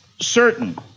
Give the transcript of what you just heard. certain